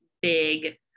big